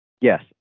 Yes